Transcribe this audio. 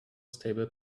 stable